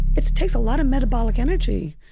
it takes a lot of metabolic energy.